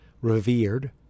revered